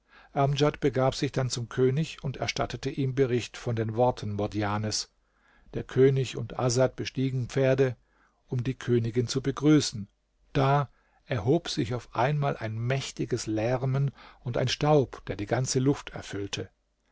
amdjad begab sich dann zum könig und erstattete ihm bericht von den worten murdjanes der könig und asad bestiegen pferde um die königin zu begrüßen da erhob sich auf einmal ein mächtiges lärmen und ein staub der die ganze luft erfüllte